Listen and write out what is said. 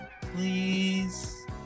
Please